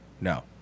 No